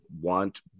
want